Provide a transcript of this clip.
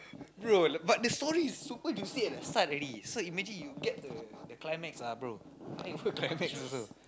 bro but the story is super juicy at the start already so imagine you get the the climax ah bro climax also